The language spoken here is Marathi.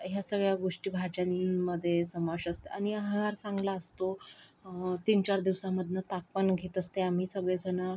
ह्या सगळ्या गोष्टी भाज्यांमध्ये समावेश असतो आणि आहार चांगला असतो तीन चार दिवसांमधनं ताक पण घेत असतो आम्ही सगळेजणं